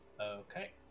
Okay